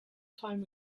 time